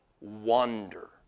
wander